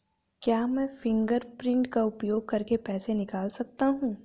क्या मैं फ़िंगरप्रिंट का उपयोग करके पैसे निकाल सकता हूँ?